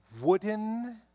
wooden